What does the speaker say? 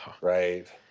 Right